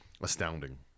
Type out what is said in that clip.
astounding